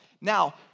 Now